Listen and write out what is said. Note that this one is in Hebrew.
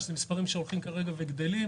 מדובר במספרים הולכים וגדלים.